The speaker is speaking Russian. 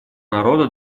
народа